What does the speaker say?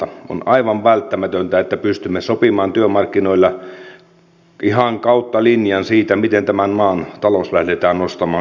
on aivan välttämätöntä että pystymme sopimaan työmarkkinoilla ihan kautta linjan siitä miten tämän maan talous lähdetään nostamaan suosta ylös